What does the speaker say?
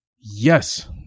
Yes